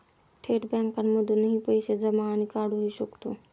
थेट बँकांमधूनही पैसे जमा आणि काढुहि शकतो